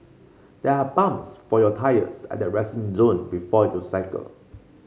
there are pumps for your tyres at the resting zone before you cycle